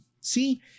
See